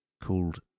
called